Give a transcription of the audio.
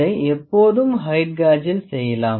இதை எப்போதும் ஹெயிட் காஜில் செய்யலாம்